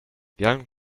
young